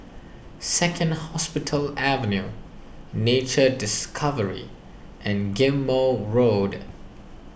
Second Hospital Avenue Nature Discovery and Ghim Moh Road